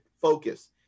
focus